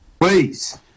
Please